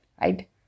right